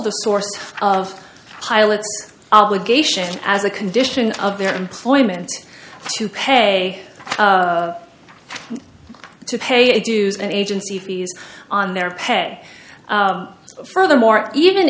the source of pilots obligation as a condition of their employment to pay to pay dues and agency fees on their pay furthermore even